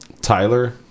tyler